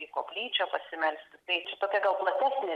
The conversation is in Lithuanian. į koplyčią pasimelsti tai tokia gal platesnė